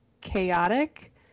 chaotic